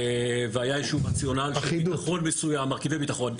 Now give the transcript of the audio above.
והיה איזשהו רציונל של מרכיבי ביטחון.